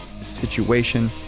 situation